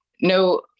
no